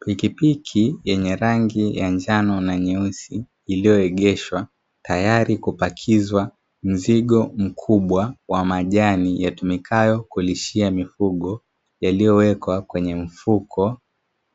Pikipiki yenye rangi ya njano na nyeusi, iliyoegeshwa tayari kupakizwa mzigo mkubwa wa majani yatumikayo kulishia mifugo, yaliyowekwa kwenye mfuko